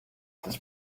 das